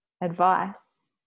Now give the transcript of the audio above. advice